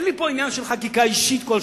אין לי פה עניין של חקיקה אישית כלשהי.